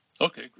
Okay